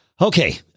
Okay